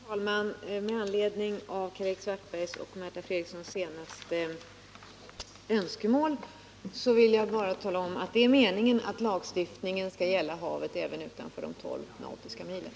Herr talman! Med anledning av Karl-Erik Svartbergs och Märta Fredriksons senaste önskemål vill jag bara tala om att det är meningen att lagstiftningen skall gälla havet även utanför de 12 nautiska milen.